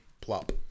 plop